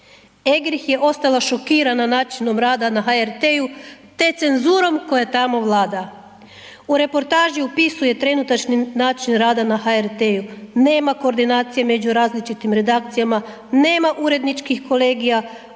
Eggerichs je ostala šokirana načinom rada na HRT-u, te cenzurom koja tamo vlada. U reportaži opisuje trenutačni način rada na HRT-u, nema koordinacije među različitim redakcijama, nema uredničkih kolegija,